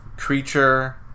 Creature